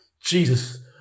Jesus